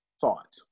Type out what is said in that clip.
Thought